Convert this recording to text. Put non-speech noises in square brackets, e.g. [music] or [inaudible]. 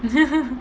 [laughs]